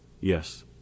Yes